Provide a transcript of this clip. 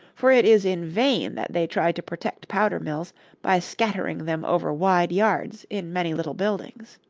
for it is in vain that they try to protect powder-mills by scattering them over wide yards in many little buildings.